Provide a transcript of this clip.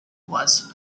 was